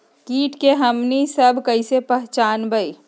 किट के हमनी सब कईसे पहचान बई?